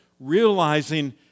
Realizing